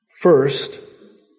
First